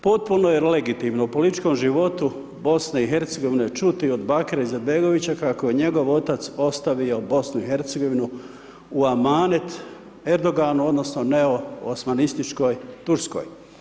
Potpuno je legitimno u političkom životu BiH čuti od Bakira Izetbegovića kako je njegov otac ostavio BiH u amanet Erdoganu odnosno neoosmanističkoj Turskoj.